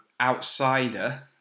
outsider